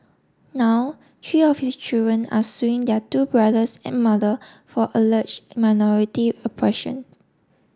now tree of his children are suing their two brothers and mother for alleged minority oppression